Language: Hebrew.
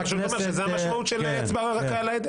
אני פשוט אומר שזה המשמעות של אצבע רכה על ההדק.